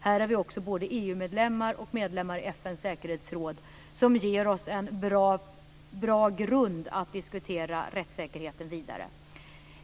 Här har vi också både EU-medlemmar och medlemmar i FN:s säkerhetsråd, som ger oss en bra grund för att diskutera rättssäkerheten vidare.